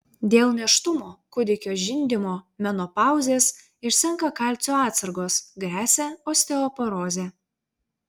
dėl nėštumo kūdikio žindymo menopauzės išsenka kalcio atsargos gresia osteoporozė